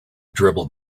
dribbled